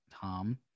Tom